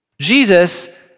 Jesus